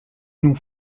nous